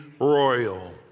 royal